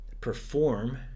perform